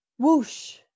Whoosh